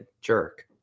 jerk